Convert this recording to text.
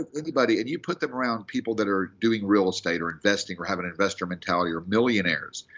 anybody and you put them around people that are doing real estate, or investing, or have an investor mentality, or millionaires.